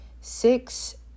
Six